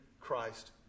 Christ